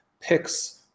picks